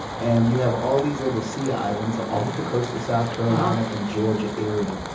and you have all these little sea islands like off of the coast of south carolina and georgia area.